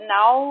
now